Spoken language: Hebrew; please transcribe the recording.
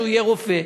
שהוא יהיה רופא,